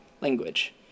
language